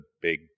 big